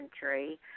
country